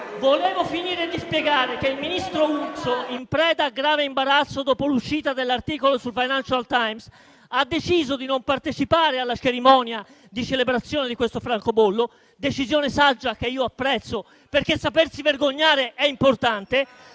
volevo finire di spiegare che il ministro Urso, in preda a grave imbarazzo dopo l'uscita dell'articolo sul «Financial Times», ha deciso di non partecipare alla cerimonia di celebrazione di questo francobollo (con una decisione saggia che io apprezzo, perché sapersi vergognare è importante),